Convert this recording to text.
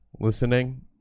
Listening